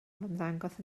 ymddangos